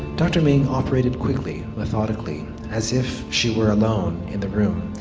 dr ming operated quickly, methodically as if she were alone in the room.